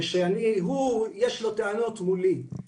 ויש לו טענות אליי.